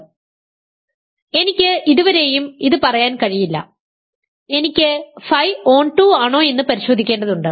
അതിനാൽ എനിക്ക് ഇതുവരെയും ഇത് പറയാൻ കഴിയില്ല എനിക്ക് ф ഓൺടൂ ആണോയെന്ന് പരിശോധിക്കേണ്ടതുണ്ട്